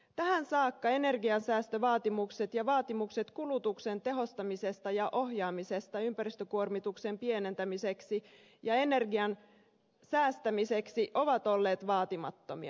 tähän saakka energiansäästövaatimukset ja vaatimukset kulutuksen tehostamisesta ja ohjaamisesta ympäristökuormituksen pienentämiseksi ja energian säästämiseksi ovat olleet vaatimattomia